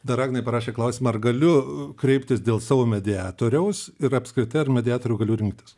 dar agnė parašė klausimą ar galiu kreiptis dėl savo mediatoriaus ir apskritai ar mediatorių galiu rinktis